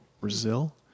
Brazil